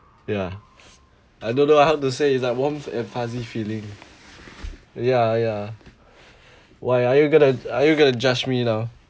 ya I don't know lah how to say it's warm and fuzzy feeling ya ya why are you gonna are you gonna judge me now